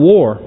War